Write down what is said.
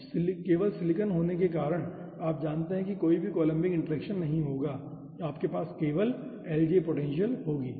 अब केवल सिलिकॉन होने के कारण आप जानते हैं कोई कोलम्बिक इंटरैक्शन नहीं होगा आपके पास केवल LJ पोटेंशियल होगी